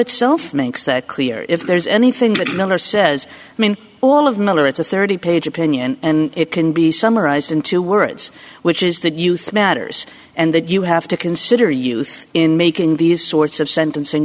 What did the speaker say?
itself makes that clear if there's anything that miller says i mean all of miller it's a thirty page opinion and it can be summarized in two words which is that youth matters and that you have to consider use in making these sorts of sentencing